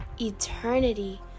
eternity